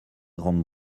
grande